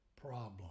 problem